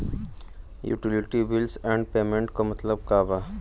Utility bills and payments क मतलब का बा?